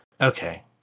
Okay